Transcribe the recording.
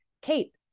Kate